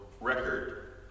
record